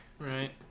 right